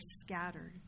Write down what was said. scattered